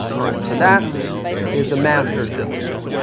alright, so that is the master's behavior.